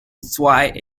zwei